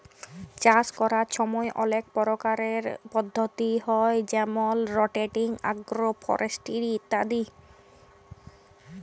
চাষ ক্যরার ছময় অলেক পরকারের পদ্ধতি হ্যয় যেমল রটেটিং, আগ্রো ফরেস্টিরি ইত্যাদি